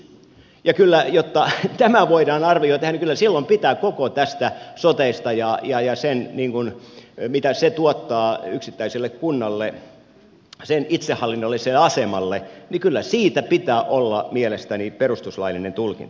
ja jotta tämä arvio voidaan tehdä niin kyllä silloin koko tästä sotesta ja siitä mitä se tuottaa yksittäiselle kunnalle sen itsehallinnolliselle asemalle pitää olla mielestäni perustuslaillinen tulkinta